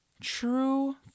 true